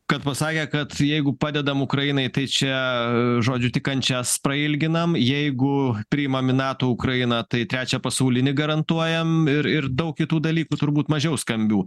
kad pasakė kad jeigu padedam ukrainai tai čia žodžiu tik kančias prailginam jeigu priimam į nato ukrainą tai trečią pasaulinį garantuojam ir ir daug kitų dalykų turbūt mažiau skambių